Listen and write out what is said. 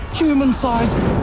human-sized